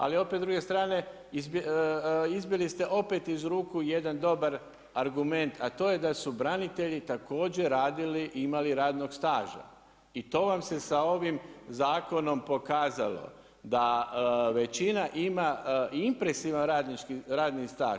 Ali opet s druge strane izbili ste opet iz ruku jedan dobar argument, a to je da su branitelji također radili i imali radnog staža i to vam se sa ovim zakonom pokazalo da većina ima impresivan radni staž.